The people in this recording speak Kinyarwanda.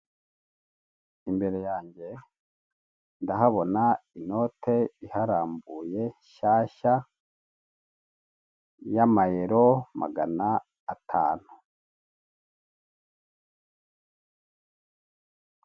Imbere yange ndahabona inote iharambuye nshashya y'amayero magana atanu.